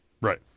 Right